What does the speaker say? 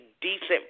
decent